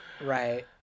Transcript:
right